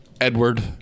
Edward